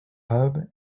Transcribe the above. hub